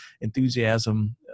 enthusiasm